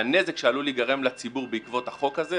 והנזק שעלול להיגרם לציבור בעקבות החוק הזה,